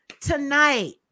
tonight